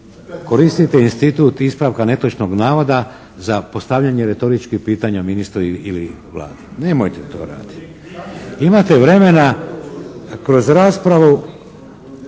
koristite institut ispravka netočnog navoda za postavljanje retoričkih pitanja ministru ili Vladi? Nemojte to raditi. Imate vremena kroz raspravu